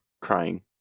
Crying